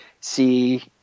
see